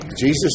Jesus